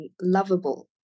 lovable